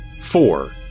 four